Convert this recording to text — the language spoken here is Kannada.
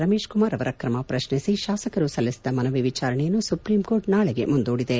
ರಮೇಶ್ ಕುಮಾರ್ ಅವರ ಕ್ರಮ ಪ್ರಶ್ನಿಸಿ ಶಾಸಕರು ಸಲ್ಲಿಸಿದ್ದ ಮನವಿ ವಿಚಾರಣೆಯನ್ನು ಸುಪ್ರೀಂಕೋರ್ಟ್ ನಾಳೆಗೆ ಮುಂದೂಡಿದೆ